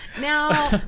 Now